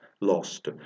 lost